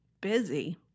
busy